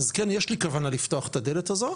אז כן יש לי כוונה לפתוח את הדלת הזו,